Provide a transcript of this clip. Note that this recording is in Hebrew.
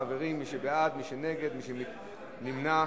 חברים, מי בעד, מי נגד, מי נמנע?